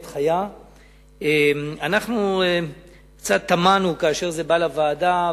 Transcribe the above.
אנחנו קצת תמהנו כאשר זה הובא לוועדה,